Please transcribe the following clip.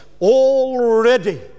already